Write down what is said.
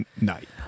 night